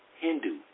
Hindu